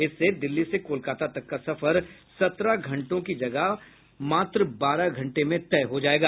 इससे दिल्ली से कोलकाता तक का सफर सत्रह घंटों की जगह मात्र बारह घंटे में तय हो सकेगा